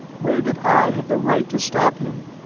where did i have the right to stop him,